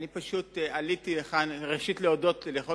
אני פשוט עליתי לכאן ראשית להודות לכל